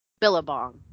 billabong